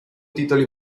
titoli